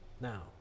Now